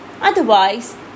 otherwise